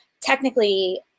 technically